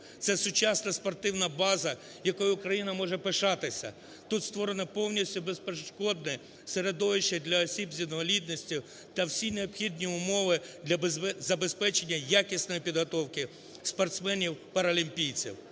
Це сучасна спортивна база, якою Україна може пишатися. Тут створено повністю безперешкодне середовище для осіб з інвалідністю та всі необхідні умови для забезпечення якісної підготовки спортсменів паралімпійців.